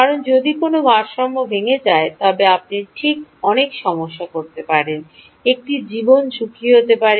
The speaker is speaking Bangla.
কারণ যদি কোনও ভারসাম্য ভেঙে যায় তবে আপনি ঠিক অনেক সমস্যা করতে পারেন একটি জীবন ঝুঁকি হতে পারে